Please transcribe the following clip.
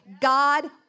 God